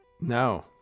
No